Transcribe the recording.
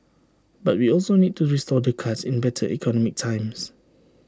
but we also need to restore the cuts in better economic times